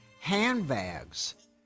handbags